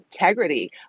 integrity